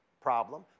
problem